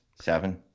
seven